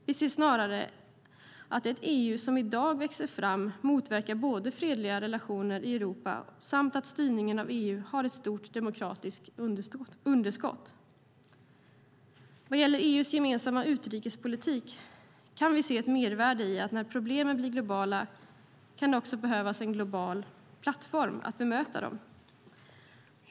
Vi ser snarare att det EU som i dag växer fram motverkar fredliga relationer i Europa samt att styrningen av EU har ett stort demokratiskt underskott. Vad gäller EU:s gemensamma utrikespolitik kan vi se ett mervärde i att ha en global plattform för att möta globala problem.